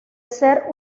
ser